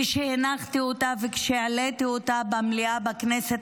כשהנחתי אותה וכשהעליתי אותה במליאה בכנסת